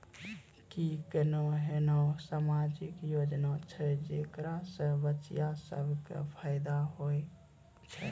कि कोनो एहनो समाजिक योजना छै जेकरा से बचिया सभ के फायदा होय छै?